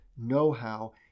know-how